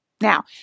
Now